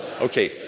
Okay